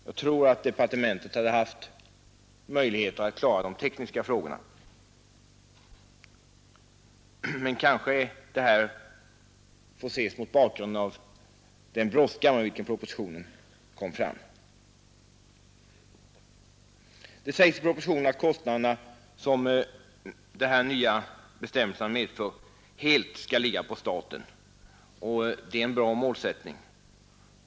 Jag tror att departementet hade haft möjlighet att klara de tekniska frågorna. Men kanske får detta ses mot bakgrunden av den brådska med vilken propositionen lades fram. I propositionen sägs att de kostnader som de nya bestämmelserna medför helt skall ligga på staten. Det är en bra målsättning.